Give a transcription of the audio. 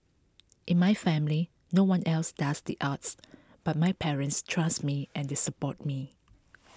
in my family no one else does the arts but my parents trust me and they support me